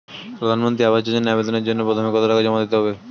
প্রধানমন্ত্রী আবাস যোজনায় আবেদনের জন্য প্রথমে কত টাকা জমা দিতে হবে?